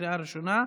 בקריאה ראשונה,